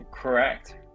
correct